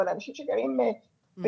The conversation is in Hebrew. אבל אנשים שגרים בקהילה,